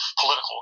political